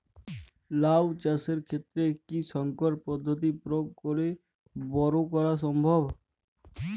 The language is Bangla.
লাও চাষের ক্ষেত্রে কি সংকর পদ্ধতি প্রয়োগ করে বরো করা সম্ভব?